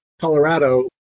Colorado